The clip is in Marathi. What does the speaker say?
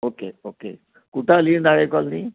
ओके ओके कुठं आली नाळे कॉलनी